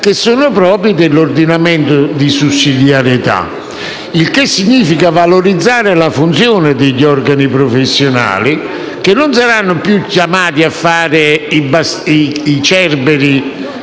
che sono propri dell'ordinamento di sussidiarietà. Ciò significa valorizzare la funzione del organi professionali, che non saranno più chiamati a fare i cerberi